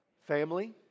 family